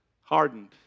Hardened